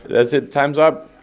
that's it. time's up.